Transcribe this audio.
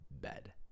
bed